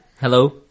Hello